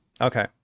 okay